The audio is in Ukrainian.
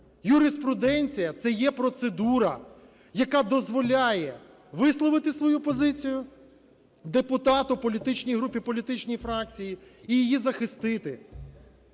Юриспруденція – це є процедура. Яка дозволяє висловити свою позицію депутату, політичній групі, політичній фракції і її захистити.